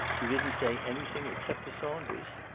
you didn't say anything, except to saunders?